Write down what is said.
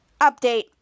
Update